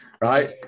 right